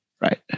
Right